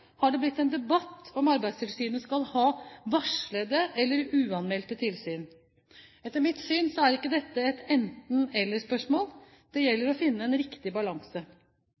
har det blitt en debatt om Arbeidstilsynet skal ha varslede eller uanmeldte tilsyn. Etter mitt syn er ikke dette et enten–eller-spørsmål, det gjelder å finne en riktig balanse.